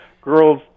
Girls